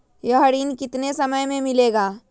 यह ऋण कितने समय मे मिलेगा?